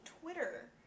Twitter